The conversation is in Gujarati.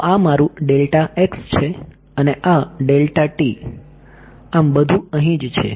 તો આ મારું છે અને આ આમ બધું અહીં છે